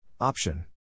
Option